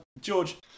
George